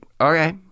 Okay